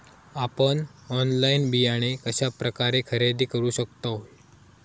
आपन ऑनलाइन बियाणे कश्या प्रकारे खरेदी करू शकतय?